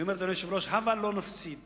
אדוני היושב-ראש, הבה לא נפסיד